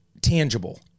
tangible